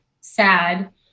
sad